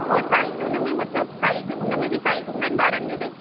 और साइज उनमें मतिलब साइज उनमें बि साइज हूंदा आहिनि ॿारनि जे में